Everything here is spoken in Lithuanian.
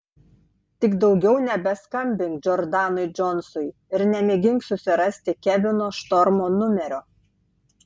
tik daugiau nebeskambink džordanui džonsui ir nemėgink susirasti kevino štormo numerio